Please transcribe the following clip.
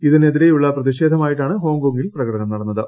ഇതിനെതിരെയുള്ള പ്രതിഷേധമായിട്ടാണ് ഹോങ്കോങ്ങിൽ പ്രകടനം നടത്തിയത്